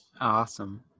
Awesome